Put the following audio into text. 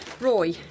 Roy